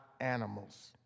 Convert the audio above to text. animals